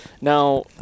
now